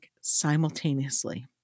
simultaneously